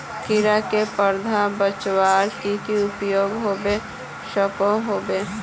कीड़ा से पौधा बचवार की की उपाय होबे सकोहो होबे?